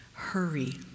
hurry